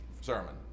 sermon